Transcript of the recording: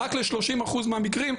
רק ל-30 אחוז מהמקרים,